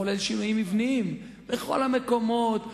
לחולל שינויים מבניים בכל המקומות הבעייתיים,